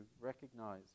recognize